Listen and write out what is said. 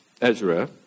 Ezra